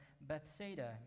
Bethsaida